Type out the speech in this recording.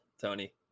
Tony